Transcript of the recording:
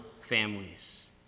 families